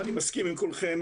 ואני מסכים עם כולכם,